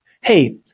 hey